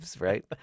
right